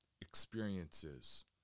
experiences